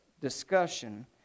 discussion